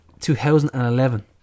2011